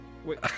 Wait